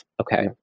okay